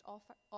Offer